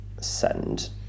send